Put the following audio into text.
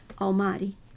Almighty